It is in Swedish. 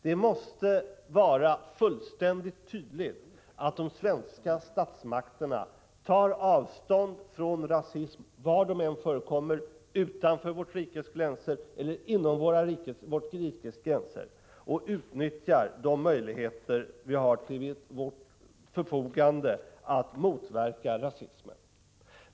Det måste vara fullständigt tydligt att de svenska statsmakterna tar avstånd från rasism var den än förekommer — utanför vårt rikes gränser eller innanför vårt rikes gränser — och utnyttjar de möjligheter vi har till vårt förfogande att motverka rasismen.